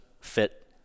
fit